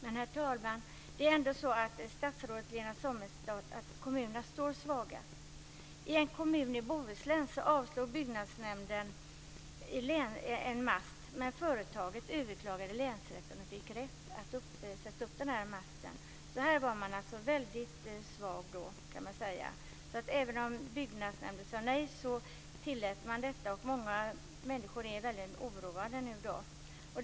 Men, herr talman och statsrådet Lena Sommestad, det är ändå så att kommunerna står svaga. I en kommun i Bohuslän avslog byggnadsnämnden en ansökan om att sätta upp en mast, men företaget överklagade i länsrätten och fick rätt att sätta upp den här masten. Här var kommunen alltså väldigt svag, kan man säga. Även om byggnadsnämnden sade nej så tillät man detta, och många människor är väldigt oroade nu.